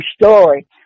story